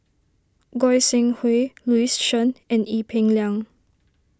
Goi Seng Hui Louis Chen and Ee Peng Liang